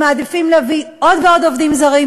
הם מעדיפים להביא עוד ועוד עובדים זרים